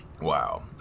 Wow